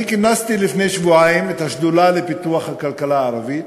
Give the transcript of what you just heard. אני כינסתי לפני שבועיים את השדולה לפיתוח הכלכלה הערבית.